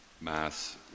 mass